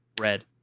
Red